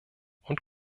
und